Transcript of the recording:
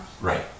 Right